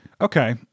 Okay